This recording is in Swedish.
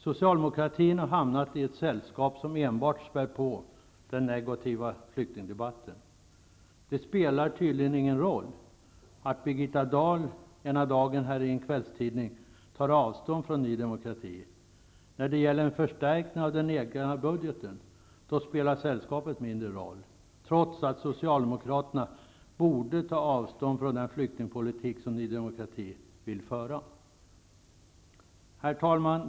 Socialdemokratin har hamnat i ett sällskap som enbart späder på den negativa flyktingdebatten. Det spelar tydligen ingen roll att Birgitta Dahl i en kvällstidning har tagit avstånd från Ny demokrati -- när det gäller att åstadkomma en förstärkning av den egna budgeten spelar sällskapet mindre roll, trots att Socialdemokraterna borde ta avstånd från den flyktingpolitik som Ny demokrati vill föra. Herr talman!